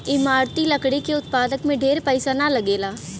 इमारती लकड़ी के उत्पादन में ढेर पईसा ना लगेला